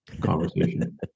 conversation